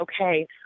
okay